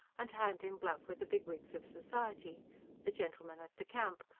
and hand and glove with the bigwigs of society the gentlemen at the camp,